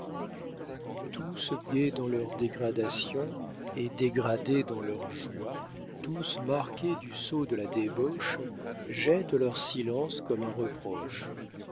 tous gais dans leur dégradation et dégradés dans leurs joies tous marqués du sceau de la débauche jettent leur silence comme un reproche